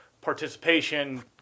participation